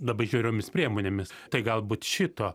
labai žiauriomis priemonėmis tai galbūt šito